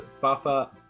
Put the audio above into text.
Buffer